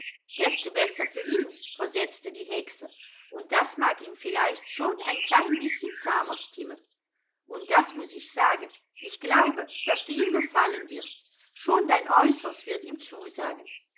desto besser für ihn versetzte die hexe und das mag ihn vielleicht schon ein klein bißchen zahmer stimmen und das muß ich sagen ich glaube daß du ihm gefallen wirst schon dein äußeres wird ihm zusagen